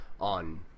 on